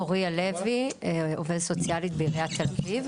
הלוי, עובדת סוציאלית בעיריית תל אביב.